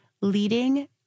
leading